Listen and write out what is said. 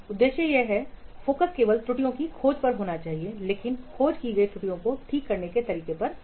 उद्देश्य है फोकस केवल त्रुटियों की खोज पर है लेकिन खोज की गई त्रुटियों को ठीक करने के तरीके पर नहीं